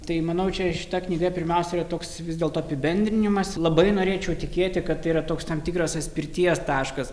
tai manau čia šita knyga pirmiausiai yra toks vis dėl to apibendrinimas labai norėčiau tikėti kad yra toks tam tikras atspirties taškas